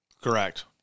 Correct